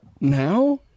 Now